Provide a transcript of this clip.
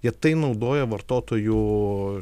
jie tai naudoja vartotojų